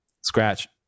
Scratch